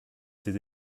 t’est